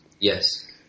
yes